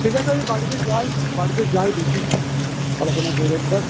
ঠিক আছে আমি বাড়িতে যাই বাড়িতে যাই দেখি আলোচনা করি একবার